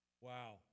Wow